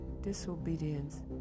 disobedience